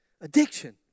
Addiction